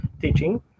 teaching